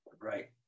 right